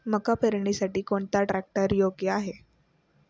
मका पेरणीसाठी कोणता ट्रॅक्टर योग्य आहे?